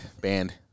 Band